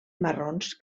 marrons